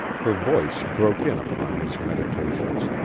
her voice broke in upon his meditations.